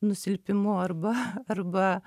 nusilpimu arba arba